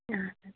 اَہَن حظ